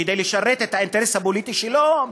כדי לשרת את האינטרס הפוליטי שלו,